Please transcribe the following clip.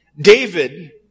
David